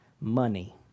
money